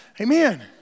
Amen